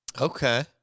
Okay